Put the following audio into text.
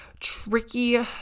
tricky